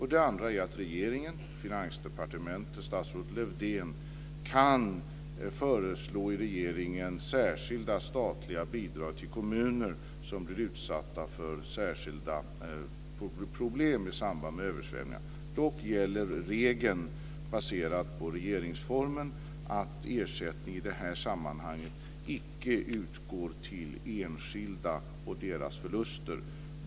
Å andra sidan kan Finansdepartementet och statsrådet Lövdén föreslå regeringen att anslå speciella statliga bidrag till kommuner som blir utsatta för särskilda problem i samband med översvämningar. Dock gäller den regeln, baserad på regeringsformen, att ersättning i det här sammanhanget icke utgår till enskilda för deras förluster.